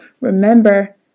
Remember